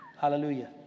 Hallelujah